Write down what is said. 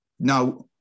Now